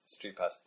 StreetPass